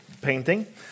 painting